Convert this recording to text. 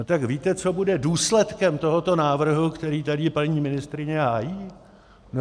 No, tak víte, co bude důsledkem tohoto návrhu, který tady paní ministryně hájí?